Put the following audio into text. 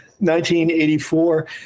1984